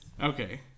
Okay